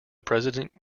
president